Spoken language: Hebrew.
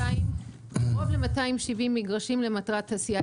קרוב ל-270 מגרשים למטרת תעשייה.